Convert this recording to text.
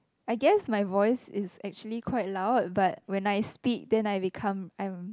I guess my voice is actually quite loud but when I speak then I become I am